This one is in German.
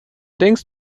denkst